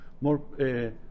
more